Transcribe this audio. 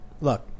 look